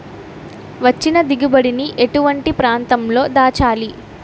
వచ్చిన దిగుబడి ని ఎటువంటి ప్రాంతం లో దాచాలి?